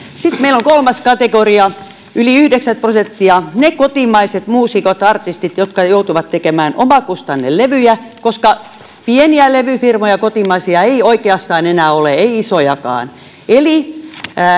sitten meillä on kolmas kategoria yli yhdeksänkymmentä prosenttia ne kotimaiset muusikot ja artistit jotka joutuvat tekemään omakustannelevyjä koska pieniä kotimaisia levyfirmoja ei oikeastaan enää ole ei isojakaan eli